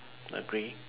agree